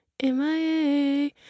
MIA